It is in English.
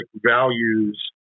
values